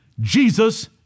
Jesus